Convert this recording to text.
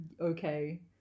okay